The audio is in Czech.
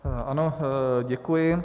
Ano, děkuji.